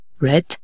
red